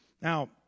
Now